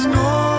no